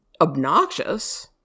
obnoxious